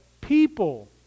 People